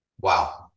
Wow